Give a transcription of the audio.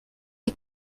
est